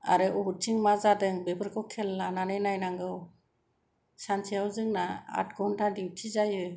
आरो बबेथिं मा जादों बेफोरखौ खेयाल लानानै नायनांगौ सानसेआव जोंना आद घन्टा दिउटि जायो